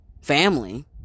family